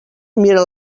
mira